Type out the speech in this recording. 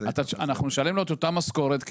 אנחנו נשלם לו את אותה משכורת,